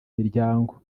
miryango